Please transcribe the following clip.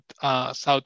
South